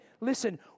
listen